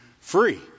free